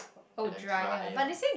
and a drier